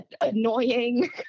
annoying